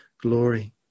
glory